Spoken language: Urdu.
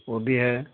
وہ بھی ہے